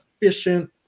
efficient